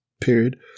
period